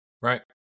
Right